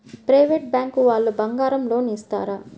Private bank వాళ్ళు బంగారం loan ఇస్తారా?